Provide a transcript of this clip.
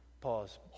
Pause